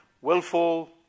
willful